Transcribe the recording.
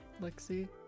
Lexi